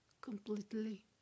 completely